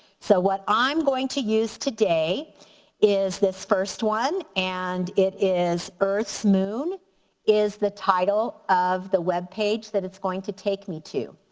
so what i'm going to use today is this first one, and it is earth's moon is the title of the webpage that it's going to take me to.